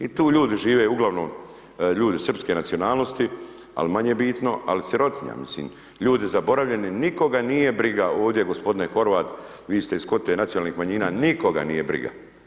I tu ljudi žive uglavnom ljudi srpske nacionalnosti, al manje bitno, al sirotinja, mislim, ljudi zaboravljeni nikoga nije briga ovdje gospodine Horvat vi ste iz kvote nacionalnih manjina, nikoga nije briga.